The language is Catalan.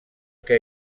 que